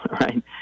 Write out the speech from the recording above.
right